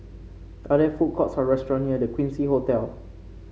are there food courts or restaurant near The Quincy Hotel